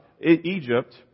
Egypt